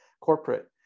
corporate